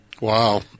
Wow